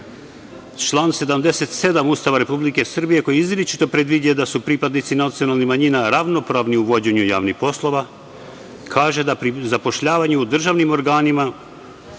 77. Ustava Republike Srbije, koji izričito predviđa da su pripadnici nacionalnih manjina ravnopravni u vođenju javnih poslova, kaže da pri zapošljavanju u državnim organima,